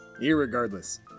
Irregardless